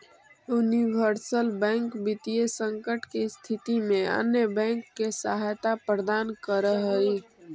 universal bank वित्तीय संकट के स्थिति में अन्य बैंक के सहायता प्रदान करऽ हइ